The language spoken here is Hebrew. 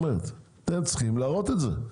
אתם צריכים להראות את זה.